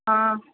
ஆ